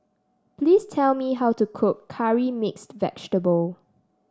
please tell me how to cook Curry Mixed Vegetable